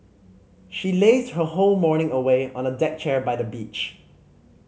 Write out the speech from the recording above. she lazed her whole morning away on a deck chair by the beach